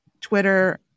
Twitter